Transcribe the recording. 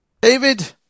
David